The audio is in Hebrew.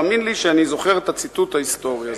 תאמין לי שאני זוכר את הציטוט ההיסטורי הזה.